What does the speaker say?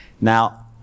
Now